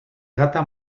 gata